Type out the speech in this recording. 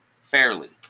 fairly